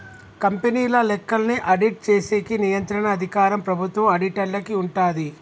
కంపెనీల లెక్కల్ని ఆడిట్ చేసేకి నియంత్రణ అధికారం ప్రభుత్వం ఆడిటర్లకి ఉంటాది